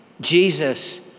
Jesus